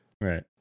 Right